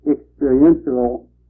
experiential